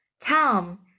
Tom